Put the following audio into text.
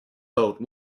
boat